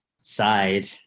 side